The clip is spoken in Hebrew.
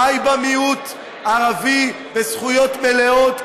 חי בה מיעוט ערבי בזכויות מלאות,